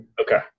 Okay